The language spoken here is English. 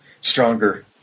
Stronger